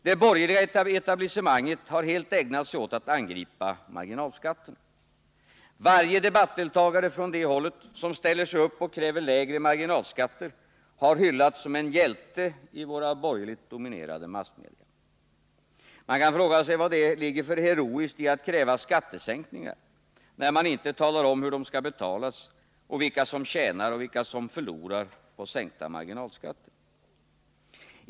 Det borgerliga etablissemanget har helt ägnat sig åt att angripa marginalskatterna. Varje debattdeltagare från det hållet som har ställt sig upp och krävt lägre marginalskatter har hyllats som en hjälte i våra borgerligt dominerade massmedia. Man kan fråga sig vad det ligger för heroiskt i att kräva skattesänkningar när man inte talar om hur de skall betalas och vilka som tjänar resp. förlorar på sänkta marginalskatter.